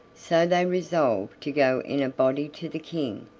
so they resolved to go in a body to the king,